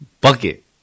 Bucket